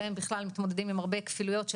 והם בכלל מתמודדים עם הרבה כפילויות של